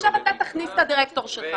עכשיו אתה תכניס את הדירקטור שלך.